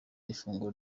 ifunguro